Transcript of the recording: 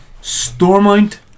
Stormont